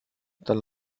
dann